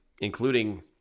including